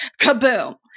kaboom